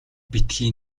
битгий